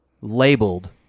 labeled